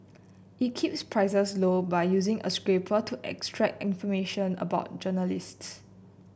it keeps prices low by using a scraper to extract information about journalists